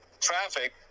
traffic